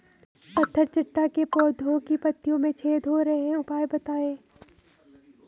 पत्थर चट्टा के पौधें की पत्तियों में छेद हो रहे हैं उपाय बताएं?